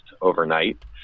overnight